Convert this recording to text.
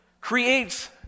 creates